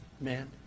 man